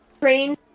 Train